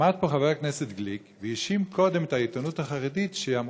עמד פה חבר הכנסת גליק והאשים קודם את העיתונות החרדית שהיא אמרה,